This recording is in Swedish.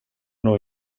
nog